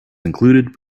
included